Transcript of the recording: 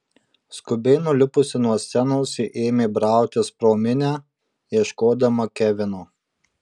skubiai nulipusi nuo scenos ji ėmė brautis pro minią ieškodama kevino